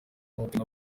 martin